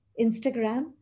Instagram